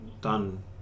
done